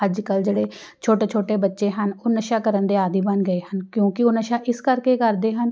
ਅੱਜ ਕੱਲ੍ਹ ਜਿਹੜੇ ਛੋਟੇ ਛੋਟੇ ਬੱਚੇ ਹਨ ਉਹ ਨਸ਼ਾ ਕਰਨ ਦੇ ਆਦੀ ਬਣ ਗਏ ਹਨ ਕਿਉਂਕਿ ਉਹ ਨਸ਼ਾ ਇਸ ਕਰਕੇ ਕਰਦੇ ਹਨ